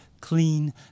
clean